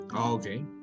okay